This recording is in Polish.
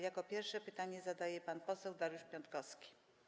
Jako pierwszy pytanie zadaje pan poseł Dariusz Piontkowski.